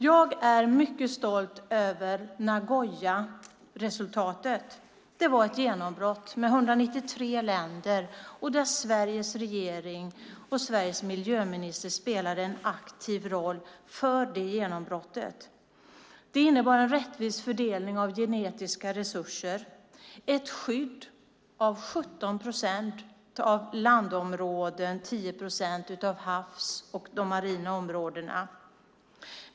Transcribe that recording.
Jag är mycket stolt över Nagoyaresultatet. Det var ett genombrott med 193 länder. För det genombrottet spelade Sveriges regering och Sveriges miljöminister en aktiv roll. Det innebar en rättvis fördelning av genetiska resurser, ett skydd av 17 procent landområden och 10 procent havsområden och marina områden.